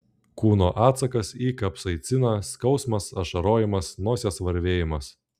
kūno atsakas į kapsaiciną skausmas ašarojimas nosies varvėjimas